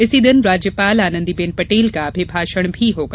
इसी दिन राज्यपाल आनंदीबेन पटेल का अभिभाषण भी होगा